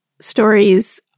stories